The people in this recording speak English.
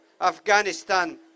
Afghanistan